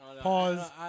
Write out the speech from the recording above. Pause